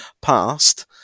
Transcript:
past